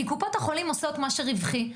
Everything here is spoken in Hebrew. קופות החולים עושות מה שרווחי.